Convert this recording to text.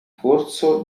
corso